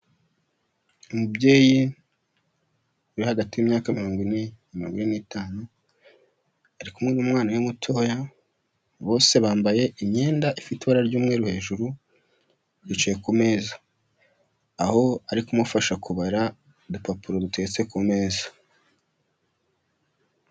Umubyeyi uri hagati y'imyaka mirongo ine na mirongo ine n'itanu, ari kumwe n'umwana we mutoya, bose bambaye imyenda ifite ibara ry'umweru hejuru bicaye ku meza, aho ari kumufasha kubara udupapuro duteretse ku meza.